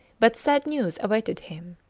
but sad news awaited him.